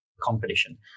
competition